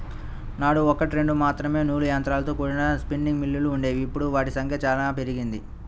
నాడు ఒకట్రెండు మాత్రమే నూలు యంత్రాలతో కూడిన స్పిన్నింగ్ మిల్లులు వుండేవి, ఇప్పుడు వాటి సంఖ్య చానా పెరిగింది